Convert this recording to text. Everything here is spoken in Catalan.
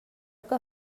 que